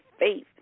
faith